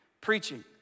preaching